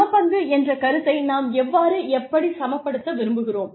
சமபங்கு என்ற கருத்தை நாம் எவ்வாறு எப்படி சமப்படுத்த விரும்புகிறோம்